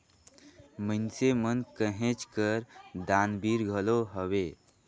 मइनसे मन कहेच कर दानबीर घलो हवें